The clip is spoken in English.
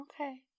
Okay